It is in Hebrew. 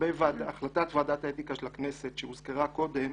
לגבי החלטת ועדת האתיקה של הכנסת, שהוזכרה קודם.